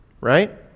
right